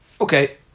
Okay